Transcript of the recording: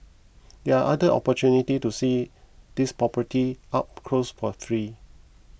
there are other opportunities to see these property up close for free